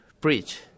preach